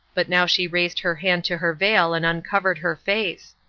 but now she raised her hand to her veil and uncovered her face.